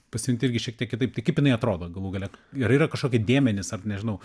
pasiimt irgi šiek tiek kitaip tai kaip jinai atrodo galų gale ar yra kažkokie dėmenys ar nežinau